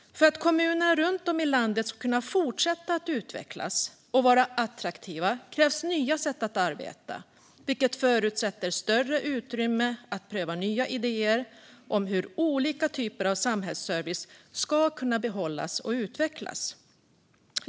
För att kommunerna runt om i landet ska kunna fortsätta att utvecklas och vara attraktiva krävs nya sätt att arbeta, vilket förutsätter större utrymme att pröva nya idéer om hur olika typer av samhällsservice ska kunna behållas och utvecklas.